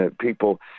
people